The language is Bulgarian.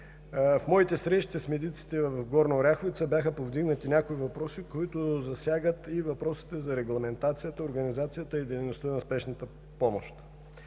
В моите срещи с медиците в Горна Оряховица бяха повдигнати някои въпроси, които засягат и въпросите за регламентацията, организацията и дейността на спешната помощ.